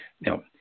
Now